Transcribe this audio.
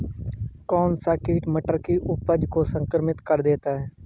कौन सा कीट मटर की उपज को संक्रमित कर देता है?